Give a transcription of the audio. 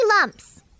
lumps